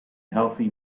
healthy